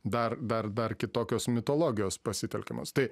dar dar dar kitokios mitologijos pasitelkiamos tai